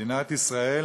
מדינת ישראל,